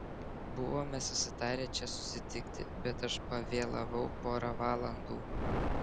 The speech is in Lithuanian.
buvome susitarę čia susitikti bet aš pavėlavau pora valandų